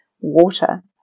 water